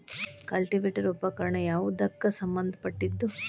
Cultivator ಉಪಕರಣ ಯಾವದಕ್ಕ ಸಂಬಂಧ ಪಟ್ಟಿದ್ದು?